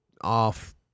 off